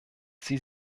sie